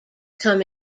come